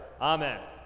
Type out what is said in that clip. Amen